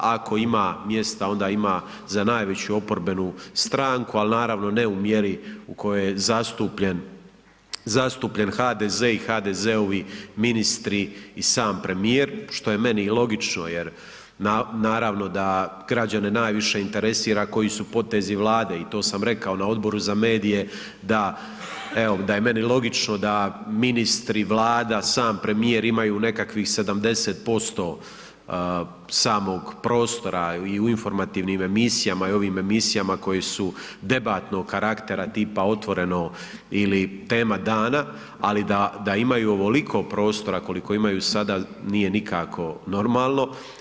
Ako ima mjesta onda ima za najveću oporbenu stranku, ali naravno ne u mjeri u kojoj je zastupljen HDZ i HDZ-ovi ministri i sam premijer, što je meni logično jer naravno da građane najviše interesira koji su potezi Vlade i to sam rekao i na Odboru za medije da je meni logično da ministri, Vlada, sam premijer imaju nekakvih 70% samog prostora i u informativnim emisijama i u ovom emisijama koje su debatnog karaktera, tipa „Otvoreno“ ili „Tema dana“, ali da imaju ovoliko prostora koliko imaju sada nije nikako normalno.